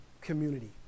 community